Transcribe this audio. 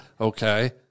okay